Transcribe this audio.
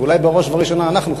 ואולי בראש וראשונה אנחנו,